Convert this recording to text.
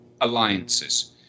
alliances